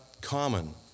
common